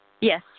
Yes